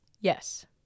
Yes